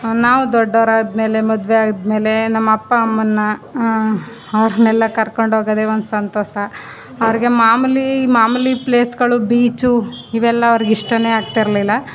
ನಾವು ದೊಡ್ಡವರಾದ ಮೇಲೆ ಮದುವೆ ಆದಮೇಲೆ ನಮ್ಮ ಅಪ್ಪ ಅಮ್ಮನ್ನು ಅವ್ರನ್ನೆಲ್ಲ ಕರ್ಕೊಂಡ್ಹೋಗೋದೆ ಒಂದು ಸಂತೋಷ ಅವರಿಗೆ ಮಾಮೂಲಿ ಮಾಮೂಲಿ ಪ್ಲೇಸುಗಳು ಬೀಚು ಇವೆಲ್ಲ ಅವ್ರಿಗೆ ಇಷ್ಟವೇ ಆಗ್ತಿರಲಿಲ್ಲ